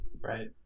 right